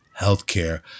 healthcare